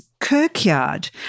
kirkyard